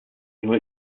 nur